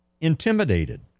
intimidated